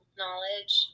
knowledge